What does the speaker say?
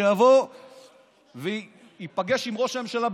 שיבוא וייפגש עם ראש הממשלה.